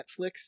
Netflix